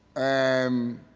and,